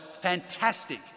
fantastic